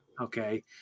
Okay